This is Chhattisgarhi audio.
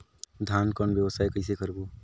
धान कौन व्यवसाय कइसे करबो?